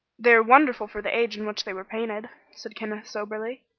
they are wonderful for the age in which they were painted, said kenneth, soberly.